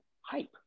hype